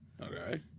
Okay